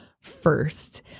first